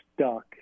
stuck